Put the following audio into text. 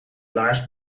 laars